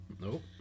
Nope